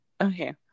okay